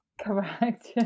Correct